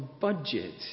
budget